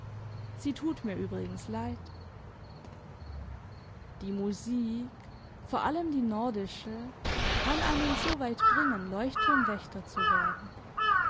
sie tut mir übrigens leid die musik vor allem die nordische kann einen so weit bringen leuchtturmwächter zu werden